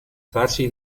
farsi